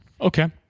Okay